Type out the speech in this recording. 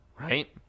right